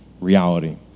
reality